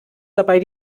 dabei